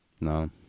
No